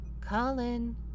Colin